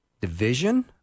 Division